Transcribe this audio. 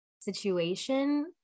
situation